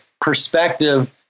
perspective